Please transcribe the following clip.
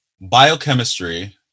biochemistry